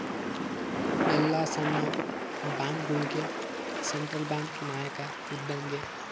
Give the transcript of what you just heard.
ಎಲ್ಲ ಸಣ್ಣ ಬ್ಯಾಂಕ್ಗಳುಗೆ ಸೆಂಟ್ರಲ್ ಬ್ಯಾಂಕ್ ನಾಯಕ ಇದ್ದಂಗೆ